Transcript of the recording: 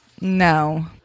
No